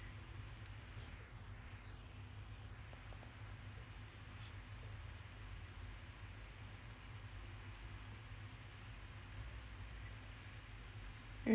mm